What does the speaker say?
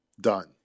Done